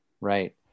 Right